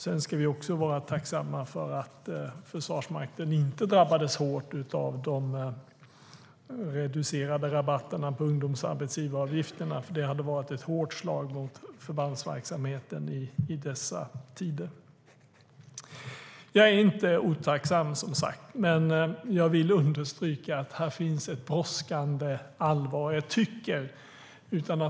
Vi ska också vara tacksamma för att Försvarsmakten inte drabbades hårt av de reducerade rabatterna på ungdomsarbetsgivaravgifterna, för det hade varit ett hårt slag mot förbandsverksamheten i dessa tider. Jag är inte otacksam, som sagt, men jag vill understryka att här finns ett brådskande allvar.